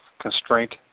constraint